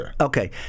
Okay